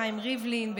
חיים ריבלין,